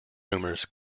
rumors